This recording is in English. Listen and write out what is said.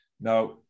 Now